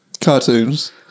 Cartoons